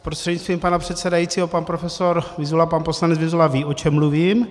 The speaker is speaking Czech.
Prostřednictvím pana předsedajícího pan profesor Vyzula, pan poslanec Vyzula ví, o čem mluvím.